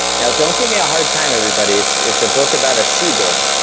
now, don't give me a hard time, everybody. it's it's a book about a seagull.